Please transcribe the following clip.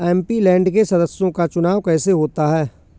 MP land के सदस्यों का चुनाव कैसे होता है?